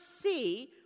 see